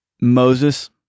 Moses